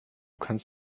kannst